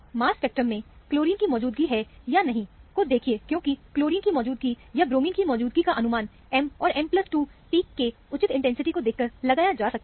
मास spectrum में chlorine की मौजूदगी है या ना मौजूदगी को देखिए क्योंकि क्लोरीन की मौजूदगी या ब्रोमीन की मौजूदगी का अनुमान M और M2 पीक के उचित इंटेंसिटी को देखकर लगाया जा सकता है